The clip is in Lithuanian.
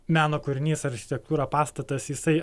meno kūrinys architektūra pastatas jisai